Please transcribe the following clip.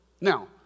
Now